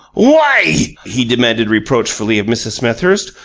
why, he demanded reproachfully of mrs. smethurst,